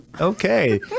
okay